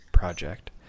project